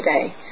today